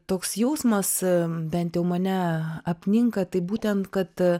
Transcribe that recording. toks jausmas bent jau mane apninka tai būtent kad